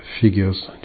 figures